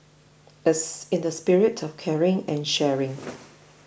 it's in the spirit of caring and sharing